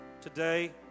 today